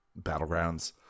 battlegrounds